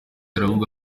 aravuga